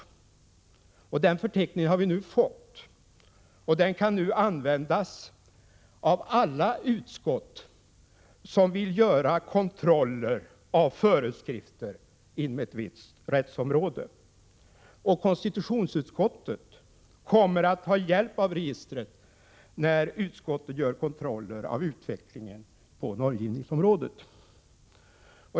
Den förteckningen har vi nu fått, och den kan användas av alla utskott som vill göra kontroller av föreskrifter inom ett visst rättsområde. Konstitutionsutskottet kommer att ha hjälp av registret när utskottet gör kontroller av utvecklingen på normgivningsområdet.